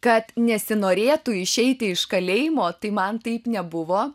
kad nesinorėtų išeiti iš kalėjimo tai man taip nebuvo